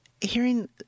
hearing